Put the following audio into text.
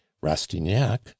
rastignac